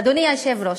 אדוני היושב-ראש,